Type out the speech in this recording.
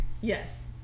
Yes